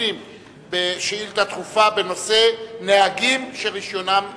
פנים שאילתא דחופה בנושא: נהגים שרשיונם נשלל.